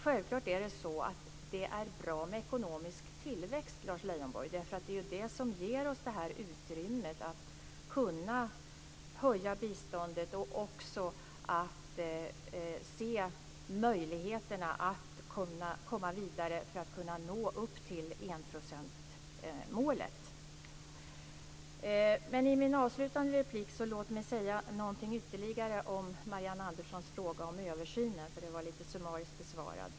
Självklart är det så att det är bra med ekonomisk tillväxt, Lars Leijonborg, därför att det är den som ger oss utrymme för att kunna höja biståndet och se möjligheterna att komma vidare och nå upp till enprocentsmålet. Men låt mig i min avslutande replik säga någonting ytterligare om Marianne Anderssons fråga om översynen, eftersom den blev lite summariskt besvarad.